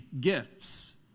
gifts